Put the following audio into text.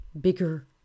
bigger